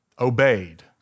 obeyed